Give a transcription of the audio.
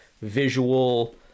visual